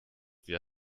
wir